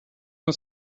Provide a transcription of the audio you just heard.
nur